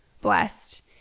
blessed